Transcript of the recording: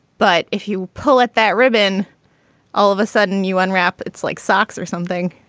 but if you pull it that ribbon all of a sudden you unwrap. it's like socks or something.